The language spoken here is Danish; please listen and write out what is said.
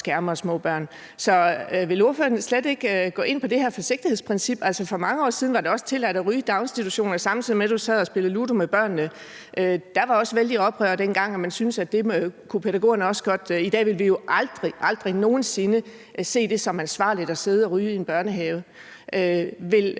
skærme og små børn. Så vil ordføreren slet ikke gå ind på det her forsigtighedsprincip? For mange år siden var det også tilladt at ryge i daginstitutioner, samtidig med at du sad og spillede ludo med børnene, og der var også et vældigt oprør dengang, hvor man syntes, at det kunne pædagogerne også godt. I dag ville vi jo aldrig, aldrig nogen sinde se det som ansvarligt at sidde og ryge i en børnehave. Vil